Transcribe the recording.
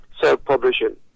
self-publishing